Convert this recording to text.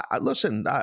listen